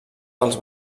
dels